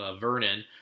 Vernon